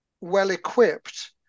well-equipped